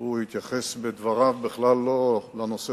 שהוא התייחס בדבריו בכלל לא לנושא